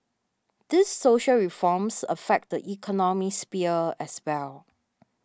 these social reforms affect the economic sphere as well